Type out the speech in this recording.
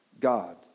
God